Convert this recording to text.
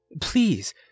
Please